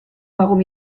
warum